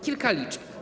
Kilka liczb.